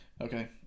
Okay